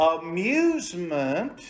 amusement